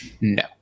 No